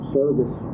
service